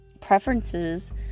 preferences